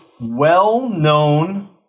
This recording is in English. well-known